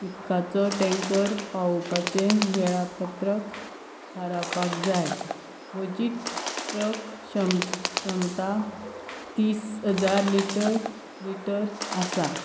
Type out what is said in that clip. उदकाचो टेंकर पावोवपाचें वेळापत्रक थारावपाक जाय म्हजी ट्रक क्षम क्षमता तीस हजार लिटर लिटर आसा